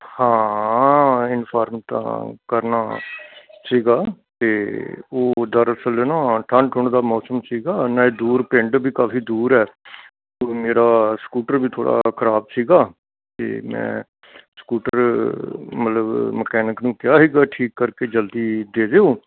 ਹਾਂ ਇਨਫੋਰਮ ਤਾਂ ਕਰਨਾ ਸੀਗਾ ਅਤੇ ਉਹ ਦਰਅਸਲ ਨਾ ਠੰਡ ਠੁੰਡ ਦਾ ਮੌਸਮ ਸੀਗਾ ਨਾ ਦੂਰ ਪਿੰਡ ਵੀ ਕਾਫ਼ੀ ਦੂਰ ਹੈ ਮੇਰਾ ਸਕੂਟਰ ਵੀ ਥੋੜ੍ਹਾ ਖ਼ਰਾਬ ਸੀਗਾ ਅਤੇ ਮੈਂ ਸਕੂਟਰ ਮਤਲਬ ਮਕੈਨਿਕ ਨੂੰ ਕਿਹਾ ਸੀਗਾ ਠੀਕ ਕਰਕੇ ਜਲਦੀ ਦੇ ਦਿਓ